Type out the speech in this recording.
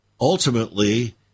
ultimately